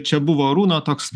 čia buvo arūno toks